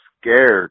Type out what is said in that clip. scared